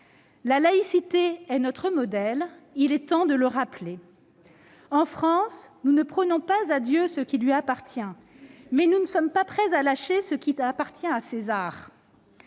La laïcité est notre modèle, et il faut nous en souvenir. En France, nous ne prenons pas à Dieu ce qui lui appartient, mais nous ne sommes pas prêts à lâcher ce qui appartient à César